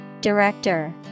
Director